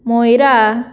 Moira